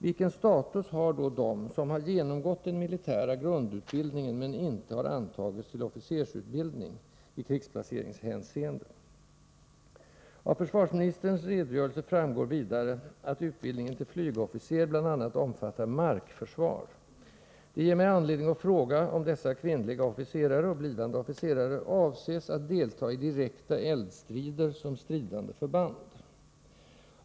Vilken status i krigsplaceringshänseende har då de som genomgått den militära grundutbildningen men inte antagits till officersutbildning? Av försvarsministerns redogörelse framgår vidare att utbildningen till flygofficer bl.a. omfattar ”markförsvar”. Det ger mig anledning att fråga om dessa kvinnliga officerare och blivande officerare avses delta i direkta eldstrider som stridande förband.